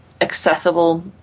accessible